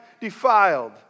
defiled